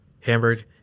Hamburg